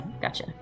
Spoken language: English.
gotcha